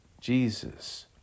Jesus